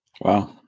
Wow